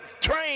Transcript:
train